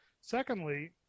Secondly